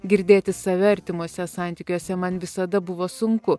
girdėti save artimuose santykiuose man visada buvo sunku